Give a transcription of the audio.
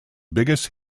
biggest